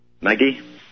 Maggie